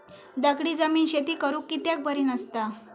दगडी जमीन शेती करुक कित्याक बरी नसता?